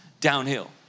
downhill